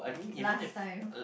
last time